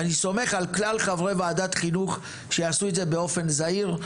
ואני סומך על כלל חברי וועדת החינוך שיעשו את זה באופן זהיר.